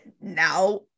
now